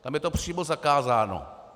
Tam je to přímo zakázáno.